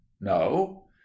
No